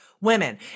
women